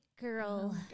girl